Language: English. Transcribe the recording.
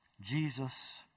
Jesus